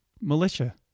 militia